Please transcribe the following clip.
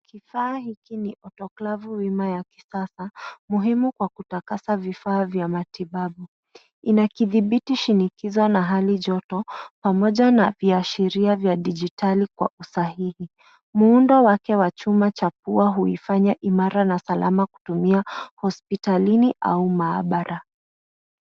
Kifaa hiki ni otoklavu wima ya kisasa muhimu kwa kutakasa vifaa vya matibabu. Inakidhibiti shinikizo na hali joto pamoja na viashiria vya digitali kwa usahihi. Muundo wake wa chuma cha pua huifanya imara na salama kutumia hozpitalini au maabara.